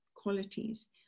qualities